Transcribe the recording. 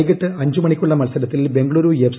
വൈകിട്ട് അഞ്ച് മണിക്കുള്ള മത്സരത്തിൽ ബംഗ്ളൂരു എഫ്